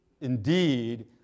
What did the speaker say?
indeed